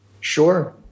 Sure